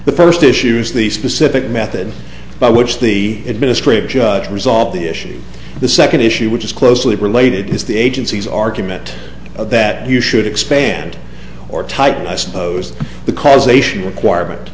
the first issue is the specific method by which the administrative judge resolved the issue the second issue which is closely related is the agency's argument that you should expand or type i suppose the causation requirement